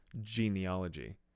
genealogy